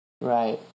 Right